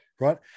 Right